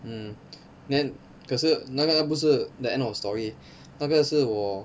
mm then 可是那个不是 the end of story 那个是我